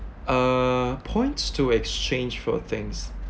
uh points to exchange for things